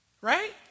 Right